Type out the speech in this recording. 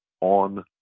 on